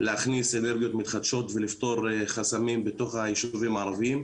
להכניס אנרגיות מתחדשות ולפתור חסמים בתוך היישובים הערביים.